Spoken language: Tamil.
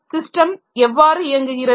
ஸிஸ்டம் எவ்வாறு இயங்குகிறது